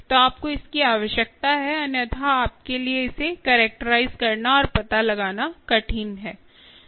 तो आपको इसकी आवश्यकता है अन्यथा आपके लिए इसे कैरेक्टराइज करना और पता लगाना कठिन है